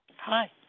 Hi